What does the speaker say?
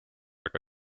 aga